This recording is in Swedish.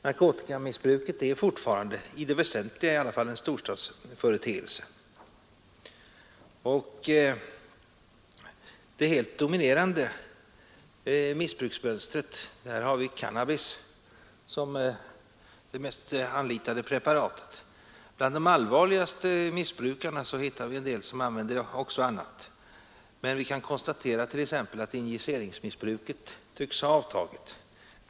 Narkotikamissbruket är fortfarande, i det väsentliga i alla fall, en storstadsföreteelse, och i missbruksmönstret har vi cannabis som det mest anlitade preparatet. Bland de allvarligaste missbrukarna hittar vi en del som använder också annat, men vi kan t.ex. konstatera att injiceringsmissbruket tycks ha avtagit.